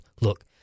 look